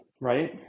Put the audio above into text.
right